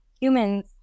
humans